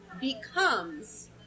becomes